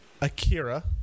Akira